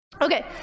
Okay